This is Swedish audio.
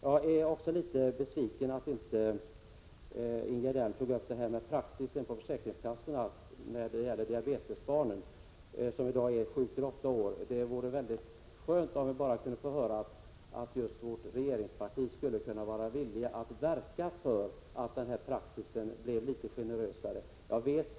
Jag är vidare litet besviken över att Ingegerd Elm inte tog upp frågan om försäkringskassornas praxis när det gäller barn med diabetes. Praxis är nu 7—8 år. Det vore väldigt skönt om vi kunde få höra att just regeringspartiet skulle vara villigt att verka för att denna tillämpning skulle bli litet generösare.